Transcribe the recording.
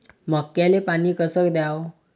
मक्याले पानी कस द्याव?